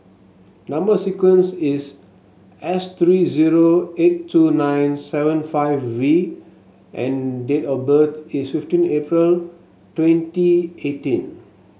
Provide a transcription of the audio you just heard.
number sequence is S three zero eight two nine seven five V and date of birth is fifteen April twenty eighteen